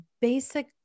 basic